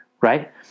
right